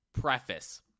preface